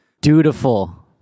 dutiful